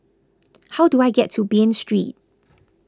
how do I get to Bain Street